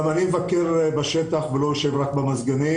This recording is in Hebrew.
גם אני מבקר בשטח ולא יושב רק במזגנים.